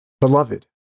Beloved